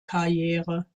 karriere